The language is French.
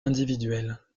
individuel